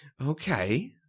Okay